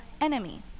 enemy